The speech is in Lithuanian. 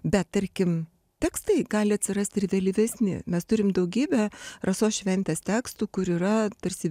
bet tarkim tekstai gali atsirast ir vėlyvesni mes turim daugybę rasos šventės tekstų kur yra tarsi